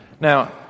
Now